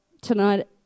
tonight